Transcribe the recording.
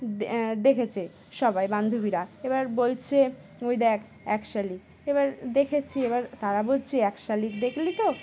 দেখেছে সবাই বান্ধবীরা এবার বলছে ওই দেখ একশালি এবার দেখেছি এবার তারা বলছে একশালিক দেখলি তো